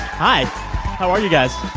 hi how are you guys?